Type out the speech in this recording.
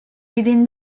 within